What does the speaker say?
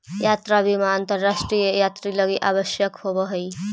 यात्रा बीमा अंतरराष्ट्रीय यात्रि लगी आवश्यक होवऽ हई